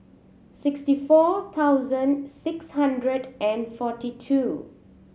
sixty four thousand six hundred and forty two